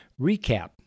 Recap